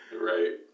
Right